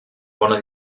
bona